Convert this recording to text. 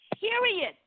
Period